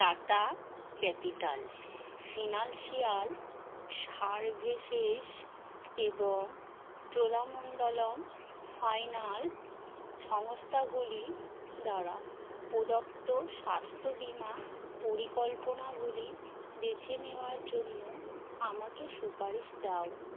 tata capital financial services এবং Cholamandalam finance সংস্থাগুলি দ্বারা প্রদত্ত স্বাস্থ্য বীমা পরিকল্পনাগুলি বেছে নেওয়ার জন্য আমাকে সুপারিশ দাও